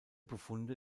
befunde